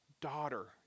daughter